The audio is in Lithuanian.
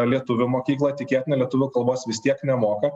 lietuvių mokyklą tikėtina lietuvių kalbos vis tiek nemoka